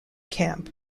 camp